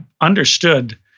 understood